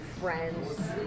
friends